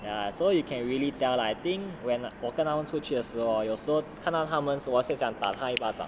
ya so you can really tell lah I think when 我跟他们出去的时候 hor 有时候看到他们什么很想打他们一巴掌